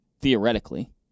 theoretically